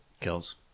Kills